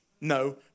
No